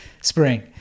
spring